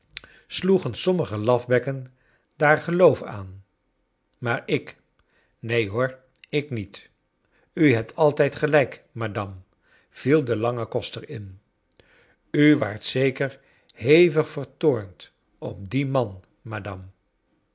sloegen sommige lafbekken daar geloof aan maar ik neen hoor ik niet u hebt altijd gelijk madame viel de lange koster in u waart zeker hetg vertoornd op dien man madame